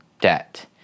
debt